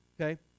Okay